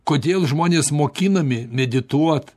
kodėl žmonės mokinami medituot